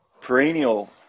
perennial